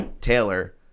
Taylor